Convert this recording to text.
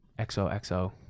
XOXO